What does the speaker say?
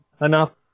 enough